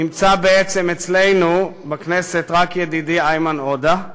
נמצא בעצם אצלנו בכנסת רק ידידי איימן עודה,